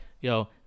yo